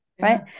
right